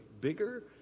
bigger